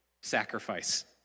sacrifice